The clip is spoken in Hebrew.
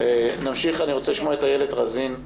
איילת רזין,